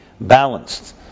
balanced